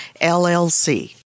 LLC